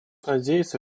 надеется